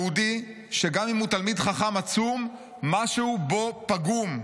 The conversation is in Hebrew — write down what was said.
יהודי, שגם אם הוא תלמיד חכם עצום, משהו בו פגום.